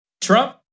Trump